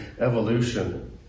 evolution